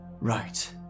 right